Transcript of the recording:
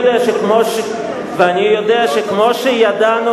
שכמו שידענו